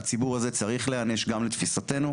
הציבור הזה צריך להיענש גם לתפיסתנו.